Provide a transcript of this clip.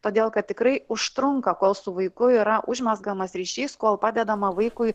todėl kad tikrai užtrunka kol su vaiku yra užmezgamas ryšys kol padedama vaikui